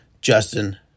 Justin